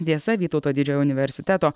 tiesa vytauto didžiojo universiteto